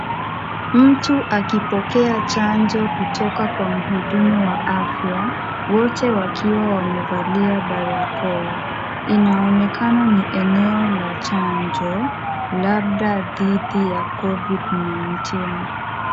Mtu akipokea chanjo kutoka kwa mhudumu wa afya, wote wakiwa wamevalia barakoa. Inaonekana ni eneo la chanjo labda dhidi ya covid-19 .